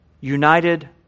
united